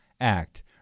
Act